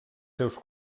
seus